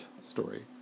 story